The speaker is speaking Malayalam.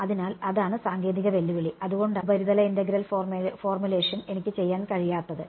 അതിനാൽ അതാണ് സാങ്കേതിക വെല്ലുവിളി അതുകൊണ്ടാണ് ഉപരിതല ഇന്റഗ്രൽ ഫോർമുലേഷൻ എനിക്ക് ചെയ്യാൻ കഴിയാത്തത്